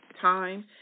time